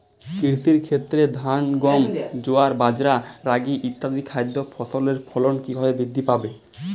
কৃষির ক্ষেত্রে ধান গম জোয়ার বাজরা রাগি ইত্যাদি খাদ্য ফসলের ফলন কীভাবে বৃদ্ধি পাবে?